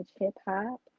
hip-hop